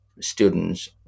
students